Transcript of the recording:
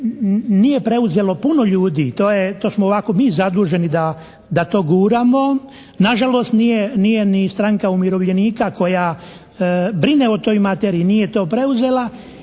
nije preuzelo puno ljudi, to smo ovako mi zaduženi da to guramo. Na žalost nije ni Stranka umirovljenika koja brine o toj materiji nije to preuzela